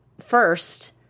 First